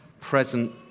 present